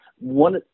one